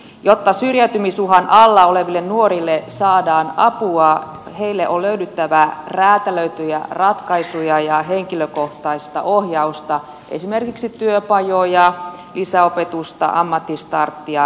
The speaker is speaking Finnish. jotta syrjäytymisuhan alla oleville nuorille saadaan apua heille on löydyttävä räätälöityjä ratkaisuja ja henkilökohtaista ohjausta esimerkiksi työpajoja lisäopetusta ammattistarttia ja niin edespäin